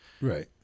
Right